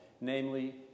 namely